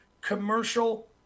commercial